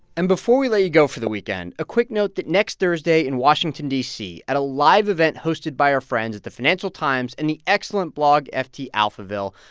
and before we let you go for the weekend, a quick note that next thursday in washington, d c, at a live event hosted by our friends at the financial times and the excellent blog ft alphaville.